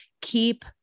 Keep